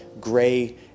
gray